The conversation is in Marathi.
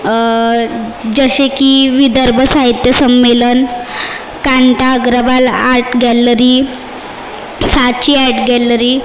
जसे की विदर्भ साहित्य संमेलन Kanta Agarwal art gallery Saatchi art gallery